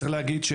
צריך להגיד,